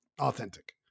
authentic